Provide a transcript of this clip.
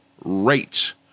rate